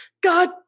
god